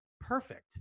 perfect